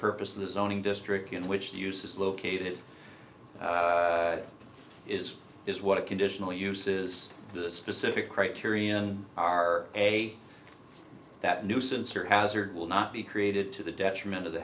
purpose of the zoning district in which the use is located is is what a conditional uses the specific criterion are a that nuisance or hazard will not be created to the detriment of the